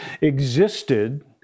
existed